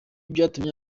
byatumye